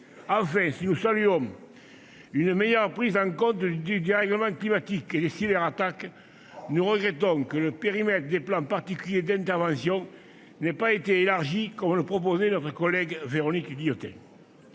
Enfin, si nous saluons une meilleure prise en compte du dérèglement climatique et des cyberattaques, nous regrettons que le périmètre des plans particuliers d'intervention n'ait pas été élargi, comme le proposait notre collègue Véronique Guillotin.